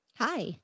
Hi